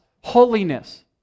holiness